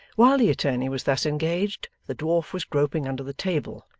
while the attorney was thus engaged, the dwarf was groping under the table,